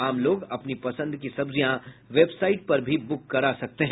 आम लोग अपनी पसंद की सब्जियां वेबसाइट पर भी बुक करा सकते हैं